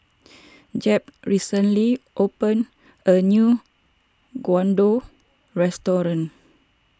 Jeb recently opened a new Gyudon restaurant